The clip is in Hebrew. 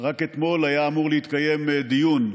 רק אתמול היה אמור להתקיים דיון,